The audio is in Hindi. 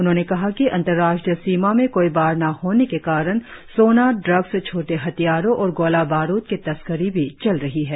उन्होंने कहा कि अंतराष्ट्रीय सीमा में कोई बाड़ न होने के कारण सोना ड्रग्स छोटे हथियारों और गोला बारुद की तस्करी भी चल रही है